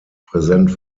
präsent